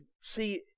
see